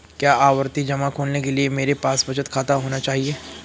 क्या आवर्ती जमा खोलने के लिए मेरे पास बचत खाता होना चाहिए?